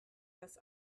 das